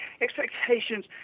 expectations